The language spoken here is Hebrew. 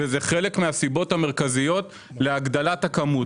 וזה חלק מהסיבות המרכזיות להגדלת הכמות.